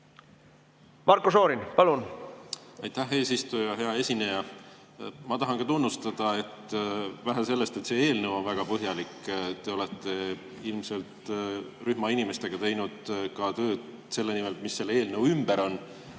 Marko Šorin, palun! Aitäh, eesistuja! Hea esineja! Ma tahan tunnustada, et vähe sellest, et see eelnõu on väga põhjalik, te olete ilmselt rühma inimestega teinud tööd selle [selgitamise] nimel, mis selle eelnõu ümber on,